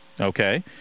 Okay